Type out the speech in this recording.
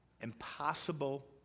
impossible